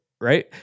right